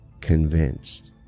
convinced